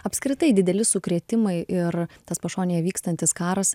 apskritai dideli sukrėtimai ir tas pašonėje vykstantis karas